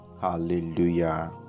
Hallelujah